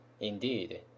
Indeed